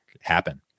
happen